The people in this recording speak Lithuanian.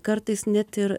kartais net ir